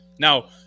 Now